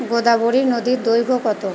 গোদাবরী নদীর দৈর্ঘ্য কতো